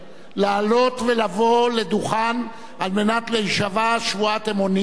לעלות ולבוא לדוכן על מנת להישבע שבועת אמונים.